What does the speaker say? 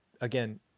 Again